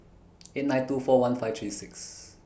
eight nine two four one five three six